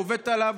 או עובדת עליו,